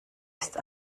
ist